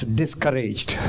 discouraged